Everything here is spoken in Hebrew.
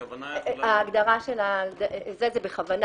כוונה יכולה להיות --- ההגדרה של זה זה בכוונה.